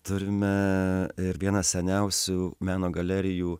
turime ir vieną seniausių meno galerijų